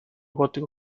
gótico